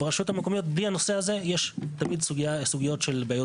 וברשויות המקומיות בלי הנושא הזה יש תמיד סוגיות של בעיות